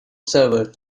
server